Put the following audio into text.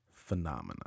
Phenomena